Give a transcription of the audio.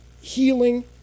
healing